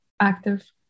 active